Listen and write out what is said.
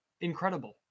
incredible